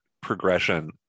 progression